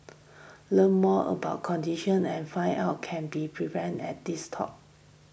learn more about condition and find out can be prevented at this talk